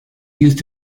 used